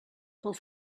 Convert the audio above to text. pel